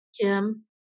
Kim